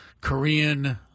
Korean